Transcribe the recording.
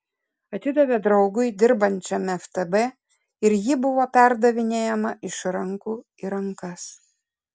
atidavė draugui dirbančiam ftb ir ji buvo perdavinėjama iš rankų į rankas